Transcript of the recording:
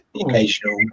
occasional